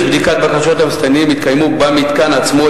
חבר הכנסת זחאלקה צדק שצריך ללכת לתוכנית אסטרטגית,